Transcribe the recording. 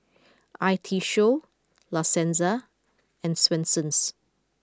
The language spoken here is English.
I T Show La Senza and Swensens